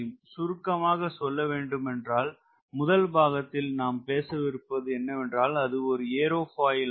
சுருக்கமாக சொல்லவேண்டுமென்றால் முதல் பாகத்தில் நாம் பேசவிருப்பது என்னவென்றால் அது ஒரு ஏரோபாயில் ஆகும்